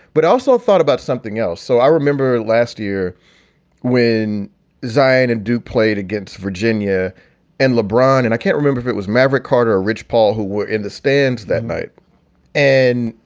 but also thought about something else. so i remember last year when zion and duke played against virginia and lebron, and i can't remember if it was maverick carter or rich paul who were in the stands that night and,